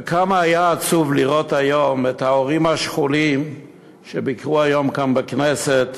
וכמה היה עצוב לראות היום את ההורים השכולים שביקרו כאן בכנסת